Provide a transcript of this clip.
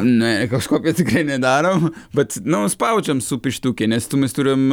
ne kažkokią tikrai nedarom bet nu spaudžiam su pirštuke nes tu mes turim